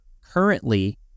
currently